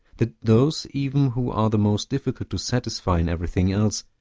that those even who are the most difficult to satisfy in everything else,